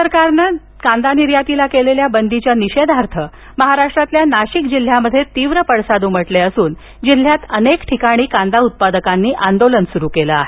कांदा आंदोलन नाशिक केंद्र सरकारनं कांदा निर्यातीला केलेल्या बंदीच्या निषेधार्थं महाराष्ट्रातील नाशिक जिल्ह्यात तीव्र पडसाद उमटले असून जिल्ह्यातल्या अनेक ठिकाणी कांदा उत्पादकांनी आंदोलन सुरू केलं आहे